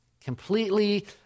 Completely